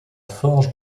forge